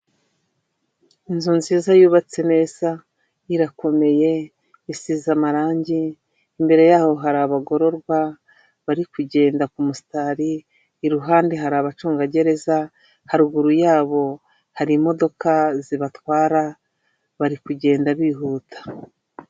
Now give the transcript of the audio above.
Inzu nziza yubatse neza, irakomeye, isize amarangi, imbere yaho hari abagororwa bari kugenda ku musitari, iruhande hari abacungagereza, haruguru yabo hari imodoka zibatwara, bari kugenda bihuta.